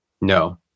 No